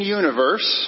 universe